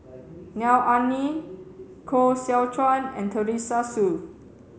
Neo Anngee Koh Seow Chuan and Teresa Hsu